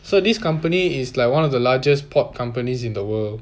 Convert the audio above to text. so this company is like one of the largest port companies in the world